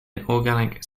organic